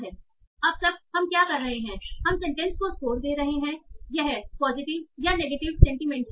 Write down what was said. इसलिए अब तक हम क्या कर रहे हैं हम सेंटेंस को स्कोर दे रहे हैं यह पॉजिटिव या नेगेटिव सेंटीमेंट है